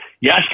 yes